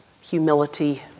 humility